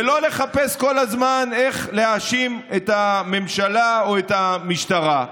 ולא לחפש כל הזמן איך להאשים את הממשלה או את המשטרה.